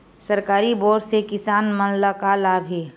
सरकारी बोर से किसान मन ला का लाभ हे?